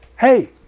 Hey